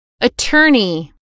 Attorney